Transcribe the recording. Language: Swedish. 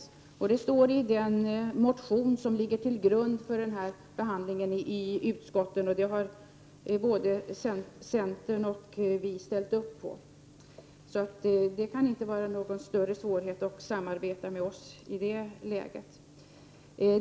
Så står det även i den motion som ligger till grund för utskottsbehandlingen, och det har både centern och vi ställt upp på. Det kan inte vara någon större svårighet att samarbeta med oss i det läget.